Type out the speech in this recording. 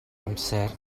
amser